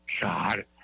God